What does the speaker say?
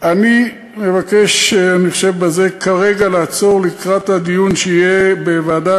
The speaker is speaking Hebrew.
כרגע אני מבקש בזה לעצור לקראת הדיון שיהיה בוועדה,